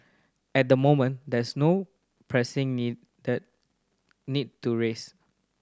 at the moment there's no pressing need to raise